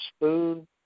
spoon